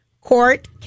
Court